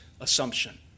assumption